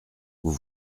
vous